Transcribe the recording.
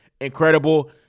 incredible